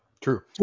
True